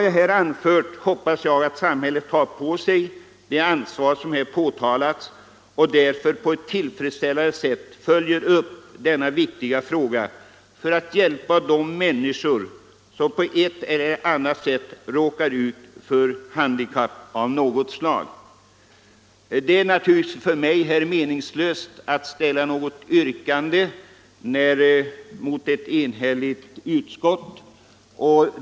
Jag hoppas att samhället tar på sig detta ansvar och på ett tillfredsställande sätt följer upp denna viktiga fråga för att hjälpa de människor som råkar ut för handikapp av något slag. Det är naturligtvis meningslöst för mig att ställa något yrkande mot ett enhälligt utskott.